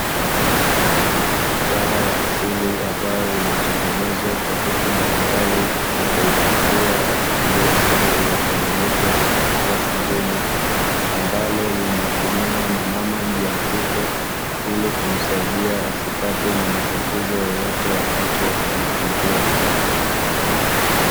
Dawa ya asili amabyo imetengenezwa kwa vitu mbalimbali, na kuhifadhiwa katika boksi lililotengenezwa kwa karatasi ngumu, ambalo linatumiwa na mama mjamzito, ilikusaidia asipatwe na matatizo yoyote wakati wa kujifungua.